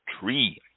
tree